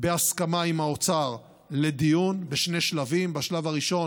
בהסכמה עם האוצר, לדיון בשני שלבים: בשלב הראשון